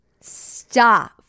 Stop